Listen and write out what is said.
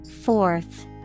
Fourth